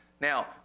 Now